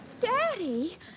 Daddy